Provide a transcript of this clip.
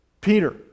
Peter